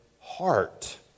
heart